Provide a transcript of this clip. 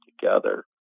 together